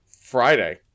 Friday